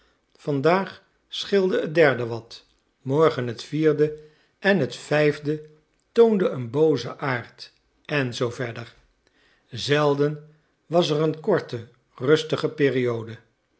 vandaag scheelde het derde wat morgen het vierde en het vijfde toonde een boozen aard en zoo verder zelden was er een korte rustige periode